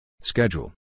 Schedule